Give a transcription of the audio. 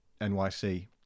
NYC